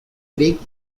greek